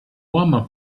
woman